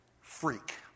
freak